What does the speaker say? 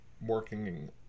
working